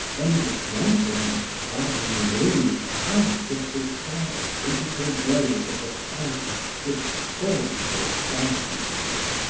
when the gentleman, clad in blue answered the sharp physical blows of the fighter with scornful sarcasms.